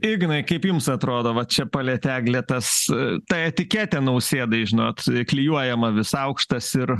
ignai kaip jums atrodo va čia palietė eglė tas ta etiketė nausėdai žinot klijuojama vis aukštas ir